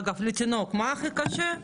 אגב לתינוק, מה הכי קשה?